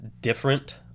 different